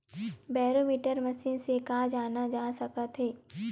Barometer machine से का जाना जा सकत हे?